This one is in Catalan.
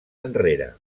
enrere